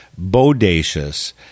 bodacious